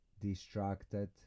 distracted